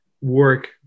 work